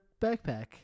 backpack